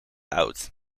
oud